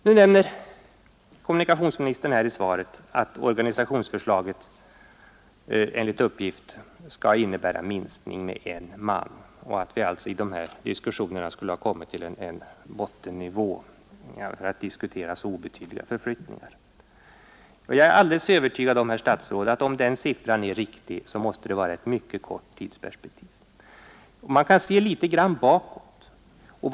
Nu nämner kommunikationsministern i svaret att organisationsförslaget enligt uppgift skall innebära minskning med en man och att vi alltså i de här diskussionerna skulle ha kommit till en bottennivå genom att diskutera så obetydliga förflyttningar. Jag är alldeles övertygad om, herr statsråd, att om den siffran är riktig, så måste tidsperspektivet vara mycket kort. Man kan se tendenserna genom att jämföra litet bakåt i tiden.